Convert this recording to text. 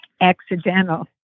accidental